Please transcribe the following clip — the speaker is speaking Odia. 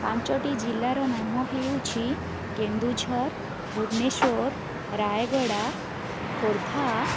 ପାଞ୍ଚଟି ଜିଲ୍ଲାର ନାମ ହେଉଛି କେନ୍ଦୁଝର ଭୁବନେଶ୍ୱର ରାୟଗଡ଼ା ଖୋର୍ଦ୍ଧା